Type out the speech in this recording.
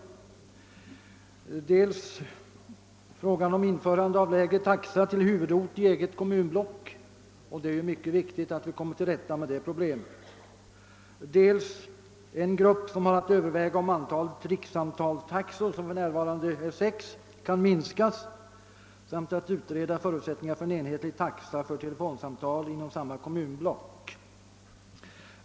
En grupp utreder frågan om införande av lägre taxa till huvudort i eget kommunblock, och det är ju mycket viktigt att komma till rätta med det problemet. En annan grupp behandlar dels spörsmålet, om antalet rikssamtalstaxor som för närvarande är sex kan minskas, dels förutsättningarna för en enhetlig taxa för telefonsamtal inom samma kommunblock.